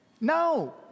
No